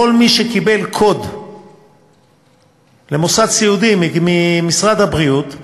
כל מי שקיבל קוד למוסד סיעודי ממשרד הבריאות,